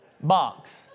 box